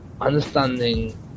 understanding